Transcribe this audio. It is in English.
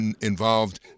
involved